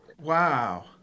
Wow